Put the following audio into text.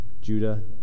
Judah